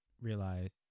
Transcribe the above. realize